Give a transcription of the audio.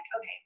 okay